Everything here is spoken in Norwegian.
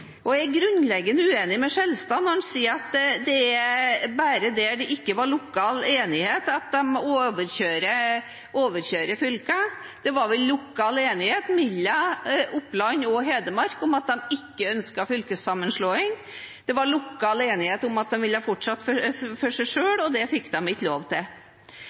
Jeg er grunnleggende uenig med Skjelstad når han sier at det bare er der det ikke var lokal enighet, de overkjører fylker. Det var lokal enighet mellom Oppland og Hedmark om at de ikke ønsket fylkessammenslåing. Det var lokal enighet om at de ville fortsette for seg selv, og det fikk de ikke lov til.